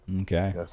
Okay